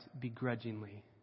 begrudgingly